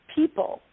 people